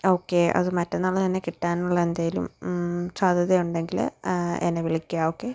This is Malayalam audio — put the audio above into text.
ഓക്കെ അത് മറ്റന്നാൾ തന്നെ കിട്ടാനുള്ള എന്തെങ്കിലും സാധ്യത ഉണ്ടെങ്കിൽ എന്നെ വിളിക്കുക ഓക്കെ